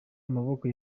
amaboko